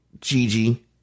Gigi